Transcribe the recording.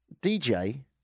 DJ